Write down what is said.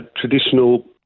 traditional